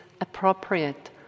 appropriate